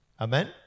Amen